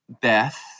Beth